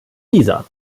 dieser